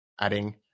adding